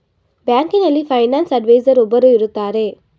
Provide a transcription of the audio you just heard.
ಬ್ಯಾಂಕಿನಲ್ಲಿ finance adviser ಒಬ್ಬರು ಇರುತ್ತಾರೆ